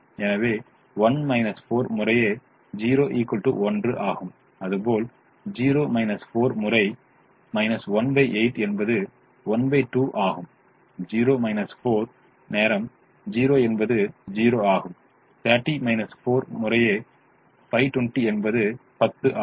எனவே 1 4 முறை 0 1 ஆகும் அதுபோல் 0 4 முறை 1 8 என்பது 12 ஆகும் 0 4 நேரம் 0 என்பது 0 ஆகும் 30 4 முறை 520 என்பது 10 ஆகும்